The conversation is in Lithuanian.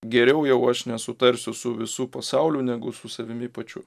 geriau jau aš nesutarsiu su visu pasauliu negu su savimi pačiu